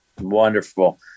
Wonderful